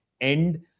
end